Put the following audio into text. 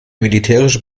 militärische